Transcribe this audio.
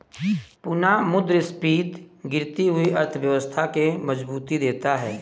पुनःमुद्रस्फीति गिरती हुई अर्थव्यवस्था के मजबूती देता है